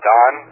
Don